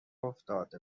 افتاده